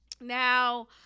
Now